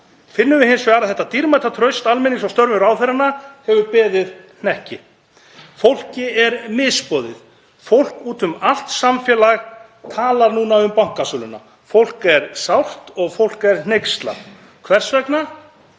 finnum við hins vegar að þetta dýrmæta traust almennings á störfum ráðherranna hefur beðið hnekki. Fólki er misboðið. Fólk úti um allt samfélag talar núna um bankasöluna. Fólk er sárt og fólk er hneykslað. Hvers vegna